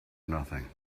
nothing